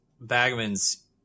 bagman's